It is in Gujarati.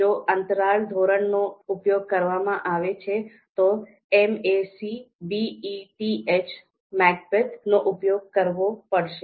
જો અંતરાલ ધોરણનો ઉપયોગ કરવામાં આવે છે તો MACBETH નો ઉપયોગ કરવો પડશે